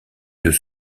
deux